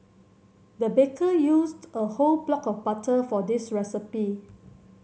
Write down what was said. the baker used a whole block of butter for this recipe